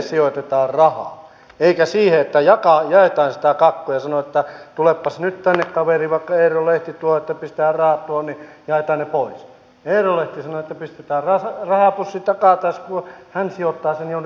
jos tämä pitää paikkansa että yritykset katsovat että heillä voisi olla tällaisia työpaikkoja jotka eivät vain kohtaanto ongelman vuoksi löydä työntekijöitä niin onko yhtään selvitetty mistä tämä luku voisi tulla